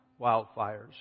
wildfires